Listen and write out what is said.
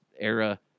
era